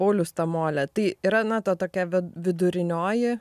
paulius tamolė tai yra na tokia vidurinioji